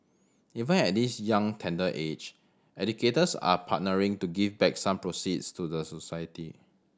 even at this young tender age educators are partnering to give back some proceeds to the society